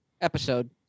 episode